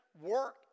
work